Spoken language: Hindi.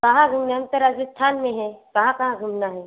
कहाँ घूमे हम तो राजस्थान में हैं कहाँ कहाँ घूमना है